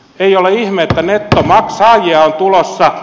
ei ole ihme että nettosaajia on tulossa